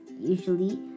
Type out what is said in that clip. Usually